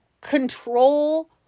control